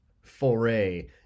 foray